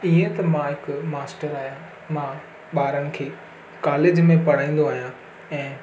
इअं त मां हिकु मास्टर आहियां मां ॿारनि खे कालेज में पढ़ाईंदो आहियां ऐं